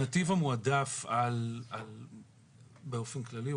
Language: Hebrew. הנתיב המועדף באופן כללי,